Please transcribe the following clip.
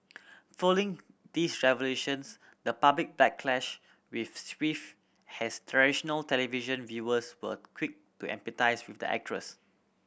following these revelations the public backlash with swift has traditional television viewers were quick to empathise with the actress